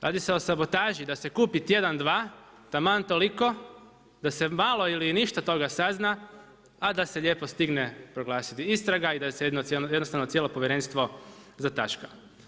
Radi se o sabotaži da se kupi tjedan, dva, taman toliko da se malo ili ništa toga sazna a da se lijepo stigne proglasiti istraga i da se jednostavno cijelo povjerenstvo zataška.